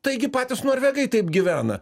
taigi patys norvegai taip gyvena